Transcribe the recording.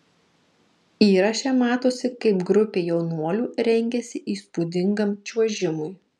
įraše matosi kaip grupė jaunuolių rengiasi įspūdingam čiuožimui